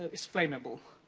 it's flammable.